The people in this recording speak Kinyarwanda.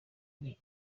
ari